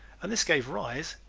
and this gave rise,